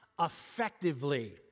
effectively